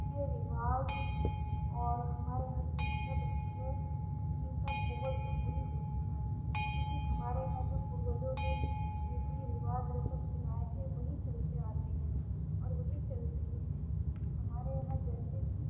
کے رواج اور ہمارے یہاں کی مذہب رسمیں یہ سب بہت ضروری ہوتی ہیں کیوں کہ ہمارے یہاں جو پوروجوں نے ریتی رواج رسم چلائے تھے وہی چلتے آتے ہیں اور وہی چل رہے ہیں ہمارے یہاں جیسے کہ